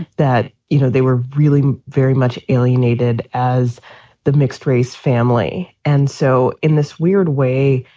that, you know, they were really very much alienated as the mixed race family. and so in this weird way,